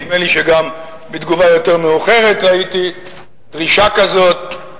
ונדמה לי שגם בתגובה יותר מאוחרת ראיתי דרישה כזאת,